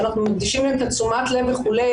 שאנחנו מקדישים להם את תשומת הלב וכו',